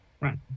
Right